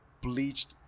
bleached